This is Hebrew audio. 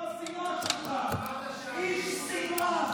איש שנאה.